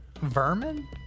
Vermin